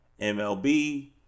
MLB